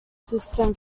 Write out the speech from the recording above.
system